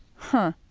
huh?